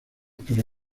pero